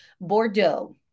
Bordeaux